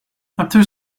after